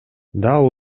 дал